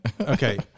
Okay